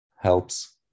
helps